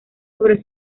sobre